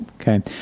Okay